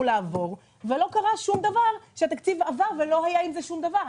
לעבור ולא קרה שום דבר שהתקציב עבר ולא היה עם זה שום דבר.